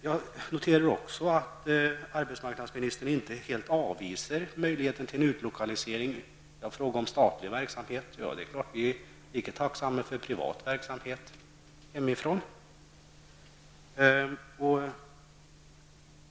Jag noterar också att arbetsmarknadsministern inte helt avvisar möjligheten till en utlokalisering i fråga om statlig verksamhet. Det är klart att vi är lika tacksamma för privat verksamhet hemifrån.